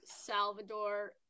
Salvador